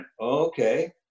okay